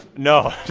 no,